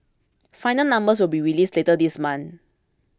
final numbers will be released later this month